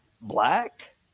black